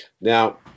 Now